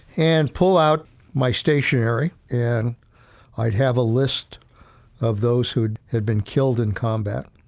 and pull out my stationery, and i'd have a list of those who had been killed in combat.